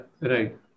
right